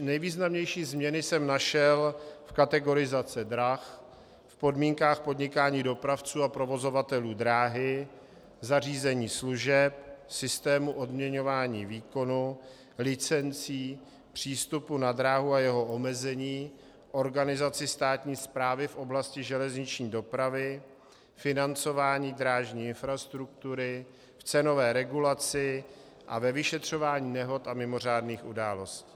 Nejvýznamnější změny jsem našel v kategorizaci drah, v podmínkách podnikání dopravců a provozovatelů dráhy, zařízení služeb, systému odměňování výkonu, licencí, přístupu na dráhu a jeho omezení, organizaci státní správy v oblasti železniční dopravy, financování drážní infrastruktury, v cenové regulaci a ve vyšetřování nehod a mimořádných událostí.